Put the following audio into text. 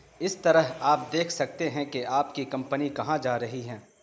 اس طرح آپ دیکھ سکتے ہیں کہ آپ کی کمپنی کہاں جا رہی ہے